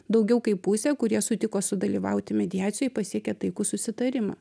daugiau kaip pusė kurie sutiko sudalyvauti mediacijoj pasiekė taikų susitarimą